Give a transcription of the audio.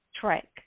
track